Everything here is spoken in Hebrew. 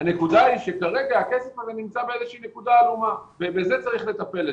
המאוד בסיסי של תזונה.